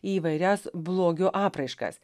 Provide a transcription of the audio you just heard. į įvairias blogiu apraiškas